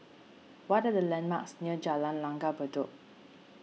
what are the landmarks near Jalan Langgar Bedok